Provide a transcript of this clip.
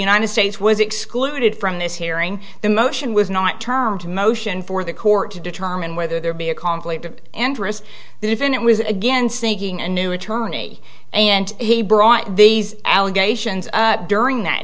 united states was excluded from this hearing the motion was not term to motion for the court to determine whether there be a conflict of interest that if it was against seeking a new attorney and he brought these allegations during that